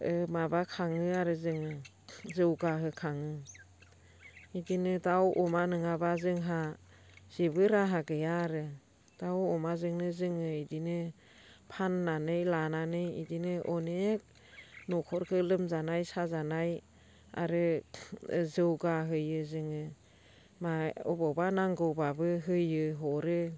ओ माबाखाङो आरो जोङो जौगाहोखाङो बिदिनो दाउ अमा नङाबा जोंहा जेबो राहा गैया आरो दाउ अमाजोंनो जोङो बिदिनो फाननानै लानानै बिदिनो अनेक न'खरखौ लोमजानाय साजानाय आरो जौगाहोयो जोङो बबेयावबा नांगौबाबो होयो हरो